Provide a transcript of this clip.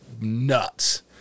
nuts